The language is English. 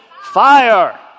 fire